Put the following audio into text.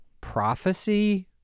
prophecy